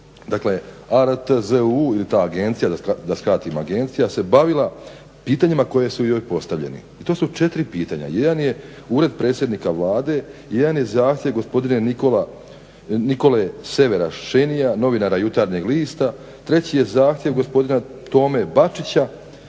ovako, artzu ili ta agencija da skratim agencija se bavila pitanjima koje su joj postavljeni i to su četiri pitanja, jedan je ured predsjednika Vlade, jedan je zahtjev gospodine Nikole Sever Šenija, novinara Jutarnjeg lista, treći je zahtjev gospodina Tome Bačića